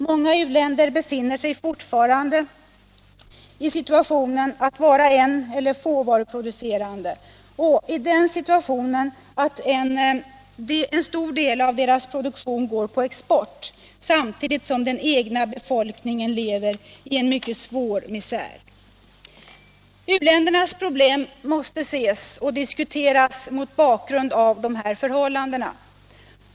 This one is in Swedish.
Många u-länder befinner sig fortfarande i situationen att de är eneller fåvaruproducerande och att en stor del av deras produktion går på export, samtidigt som den egna befolkningen lever i en mycket svår misär. U-ländernas problem måste ses och diskuteras mot bakgrunden av dessa förhållanden.